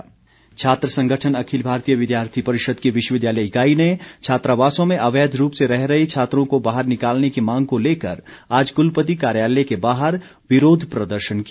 विद्यार्थी परिषद छात्र संगठन अखिल भारतीय विद्यार्थी परिषद की विश्वविद्यालय इकाई ने छात्रावासों में अवैध रूप से रह रहे छात्रों को बाहर निकालने की मांग को लेकर आज कुलपति कार्यालय के बाहर विरोध प्रदर्शन किया